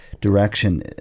direction